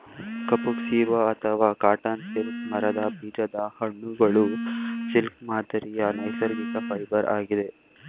ಕಫುಕ್ ceiba ಅಥವಾ cotton silk ಮರದ ಬೀಜದ ಹಣ್ಣುಗಳು ಸಿಲ್ಕ್ ಮಾದರಿಯ ನೈಸರ್ಗಿಕ ಫೈಬರ್ ಆಗಿದೆ